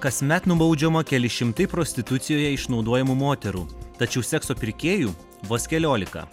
kasmet nubaudžiama keli šimtai prostitucijoje išnaudojamų moterų tačiau sekso pirkėjų vos keliolika